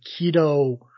keto